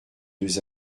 deux